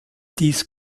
dies